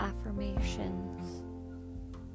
affirmations